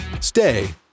stay